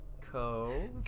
co